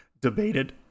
debated